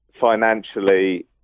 financially